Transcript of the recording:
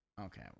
Okay